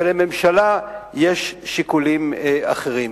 ולממשלה יש שיקולים אחרים.